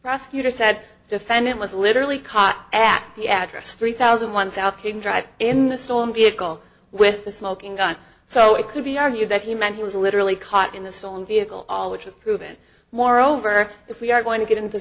prosecutor said defendant was literally caught at the address three thousand one south king drive in the stolen vehicle with the smoking gun so it could be argued that he meant he was literally caught in the stolen vehicle all which is proven moreover if we are going to get into